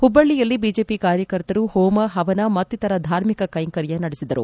ಹುಬ್ಬಳ್ಳಿಯಲ್ಲಿ ಬಿಜೆಪಿ ಕಾರ್ಯಕರ್ತರು ಹೋಮ ಹವನ ಮತ್ತಿತರ ಧಾರ್ಮಿಕ ಕೈಂಕರ್ಯ ನಡೆಸಿದರು